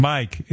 Mike